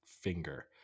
finger